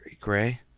gray